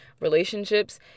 relationships